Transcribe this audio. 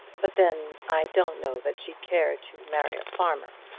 but then i don't know that she'd care to marry a farmer.